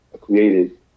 created